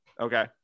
Okay